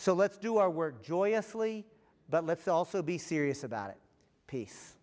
so let's do our work joyously but let's also be serious about it peace